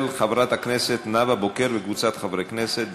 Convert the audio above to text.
של חברת הכנסת נאוה בוקר וקבוצת חברי כנסת.